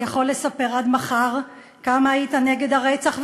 יכול לספר עד כמה היית נגד הרצח.